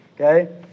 Okay